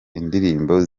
indirimbo